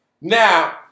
now